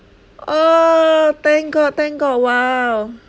oh thank god thank god !wow!